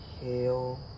Hail